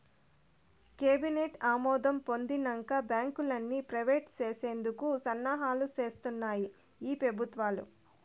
cabinet ఆమోదం పొందినంక బాంకుల్ని ప్రైవేట్ చేసేందుకు సన్నాహాలు సేస్తాన్నాయి ఈ పెబుత్వాలు